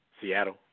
Seattle